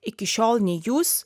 iki šiol nei jūs